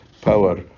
power